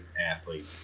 athlete